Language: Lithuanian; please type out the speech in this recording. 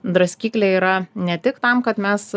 draskyklė yra ne tik tam kad mes